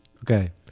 Okay